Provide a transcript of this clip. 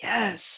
yes